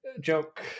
joke